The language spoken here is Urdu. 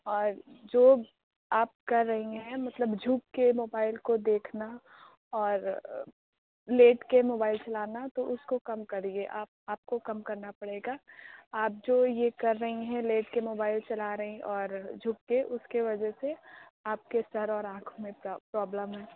اور جو آپ کر رہی ہیں مطلب جُھک کے موبائل کو دیکھنا اور لیٹ کے موبائل چلانا تو اُس کو کم کریے آپ آپ کو کم کرنا پڑے گا آپ جو یہ کر رہی ہیں لیٹ کے موبائل چلا رہی اور جُھک کے اُس کے وجہ سے آپ کے سر اور آنکھوں میں پرابلم ہے